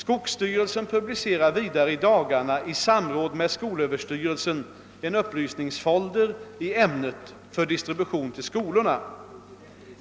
Skogsstyrelsen publicerar vidare i dagarna i samråd med skolöverstyrelsen en upplysningsfolder i ämnet för distribution till skolorna.